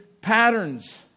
patterns